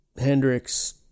Hendrix